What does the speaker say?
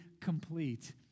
complete